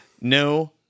No